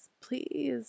Please